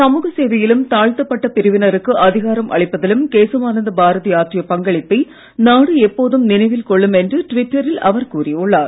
சமூக சேவையிலும் தாழ்த்தப்பட்ட பிரிவினருக்கு அதிகாரம் அளிப்பதிலும் கேசவானந்த பாரதி ஆற்றிய பங்களிப்பை நாடு எப்போதும் நினைவில் கொள்ளும் என்று ட்விட்டரில் அவர் கூறியுள்ளார்